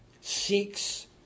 seeks